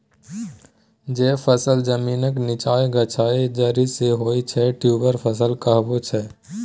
जे फसल जमीनक नीच्चाँ गाछक जरि सँ होइ छै ट्युबर फसल कहाबै छै